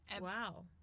Wow